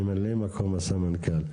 ממלא מקום הסמנכ"ל.